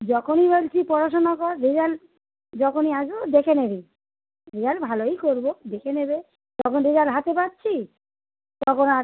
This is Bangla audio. যখনই বলছি পড়াশোনা করে রেজাল্ট যখনই আসবে ও দেখে নেবে রেজাল্ট ভালোই করবো দেখে নেবে যখন রেজাল্ট হাতে পাচ্ছি তখন আর